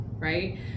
right